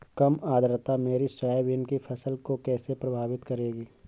कम आर्द्रता मेरी सोयाबीन की फसल को कैसे प्रभावित करेगी?